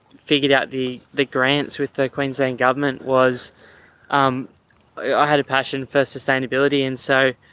figured out the, the grants with the queensland government was um i had a passion for sustainability and so,